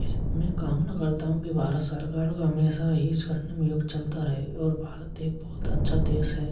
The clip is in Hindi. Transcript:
इस में कामना करता हूँ कि भारत सरकार का हमेशा ही स्वर्णिम युग चलता रहे और भारत एक बहुत अच्छा देश है